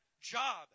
job